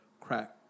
crack